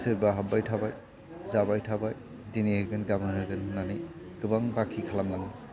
सोरबा हाब्बाय थाबाय जाबाय थाबाय दिनै होगोन गाबोन होगोन होन्नानै गोबां बाखि खालामलाङो